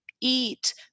eat